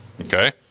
Okay